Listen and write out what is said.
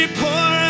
pour